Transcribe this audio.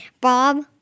Bob